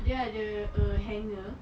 dia ada err hanger